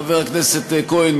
חבר הכנסת כהן,